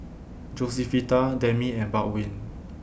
Josefita Demi and Baldwin